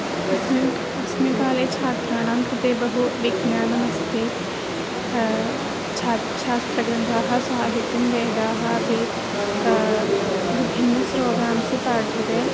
अस्मिन् अस्मिन् काले छात्राणां कृते बहु विज्ञानमस्ति छात्राः शात्रग्रन्थाः अस्माभिस्तु वेदाः वे अपि भिन्नस्रोतांसि पाठ्यन्ते